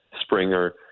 Springer